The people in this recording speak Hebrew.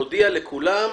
תודיע לכולם,